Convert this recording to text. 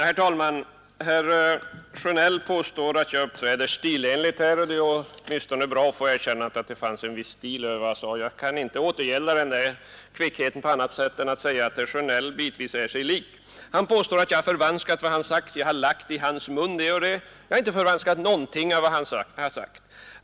Herr talman! Herr Sjönell påstår att jag uppträder stilenligt här, och det är ju åtminstone bra att få erkännande för att det fanns en viss stil över vad jag sade. Jag kan inte återgälda den där kvickheten på annat sätt än genom att säga att herr Sjönell bitvis är sig lik. Herr Sjönell påstår att jag har förvanskat vad han sagt och lagt det och det i hans mun. Jag har inte förvanskat någonting av vad herr Sjönell sagt.